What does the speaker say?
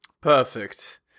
Perfect